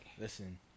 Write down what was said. Listen